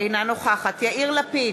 אינה נוכחת יאיר לפיד,